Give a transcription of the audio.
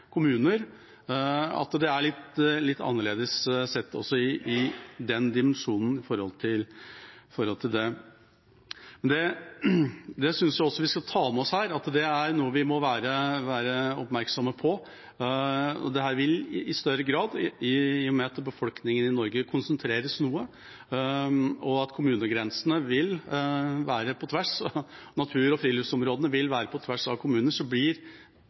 kommuner at det er litt annerledes sett også i den dimensjonen. Jeg synes vi skal ta med oss at det er noe vi må være oppmerksomme på. I og med at befolkningen i Norge konsentreres noe, og at natur- og friluftsområdene vil være på tvers av kommunegrensene, blir det felles forvaltning i større grad. Nå blir Klæbu og Trondheim én kommune, så det blir et større areal som